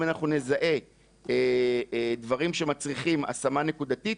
אם אנחנו נזהה דברים שמצריכים השמה נקודתית,